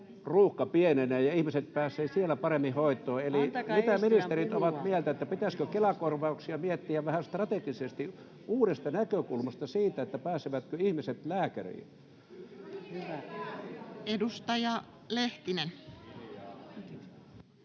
ruuhka pienenee ja ihmiset pääsevät siellä paremmin hoitoon. Eli mitä ministerit ovat mieltä: pitäisikö Kela-korvauksia miettiä vähän strategisesti uudesta näkökulmasta — siitä, pääsevätkö ihmiset lääkäriin? [Krista Kiuru: